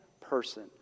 person